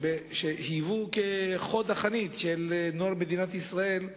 שהיו חוד החנית של נוער מדינת ישראל.